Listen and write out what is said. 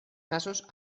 casos